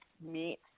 meet